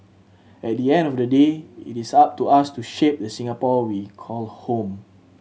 at the end of the day it is up to us to shape the Singapore we call home